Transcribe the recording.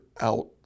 out